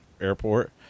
Airport